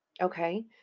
Okay